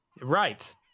Right